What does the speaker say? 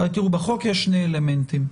בחוק יש שני אלמנטים.